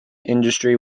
industry